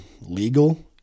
legal